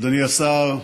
אדוני השר,